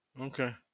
Okay